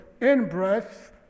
in-breath